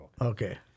Okay